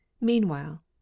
Meanwhile